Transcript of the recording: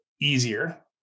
easier